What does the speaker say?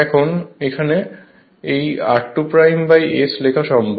এখানে এই r2 S লেখা সম্ভব